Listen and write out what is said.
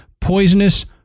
poisonous